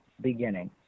beginning